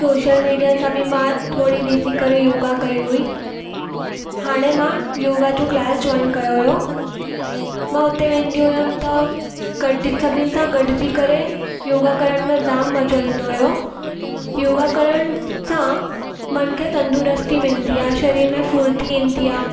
social media सां बि मां थोरी ॾिसी करे योगा कई हुई हाणे मां योगा जो क्लास जॉयन कयो हुयो मां हुते वेंदी हुयमि त गॾु सभिनि सां गॾिजी करे योगा करण में जामु मज़ो ईंदो हुयो योगा करण सां मन खे तंदुरुस्ती मिलंदी आहे शरीर में फुर्ती ईंदी आहे